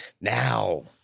now